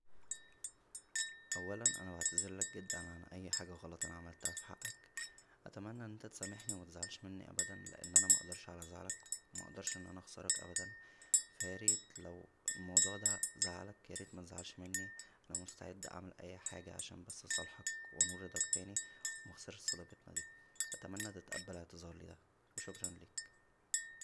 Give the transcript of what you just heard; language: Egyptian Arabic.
اولا انا بعتذرلك جدا عن اى حاجه غلط انا عملتها فى حقك اتمنى ان انت تسامحنى ومتزعلش منى ابدا لان انا مقدرش على زعلك و مقدرش ان انا اخسرك ابدا فا ياريت لو الموضوع دا زعلك ياريت متزعلش منى انا مستعد اعمل اى حاجه عشان بس اصالحك و انول رضاك تانى و مخسرش صداقتنا دى اتمنى تتقبل اعتذارى دا وشكرا ليك